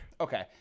Okay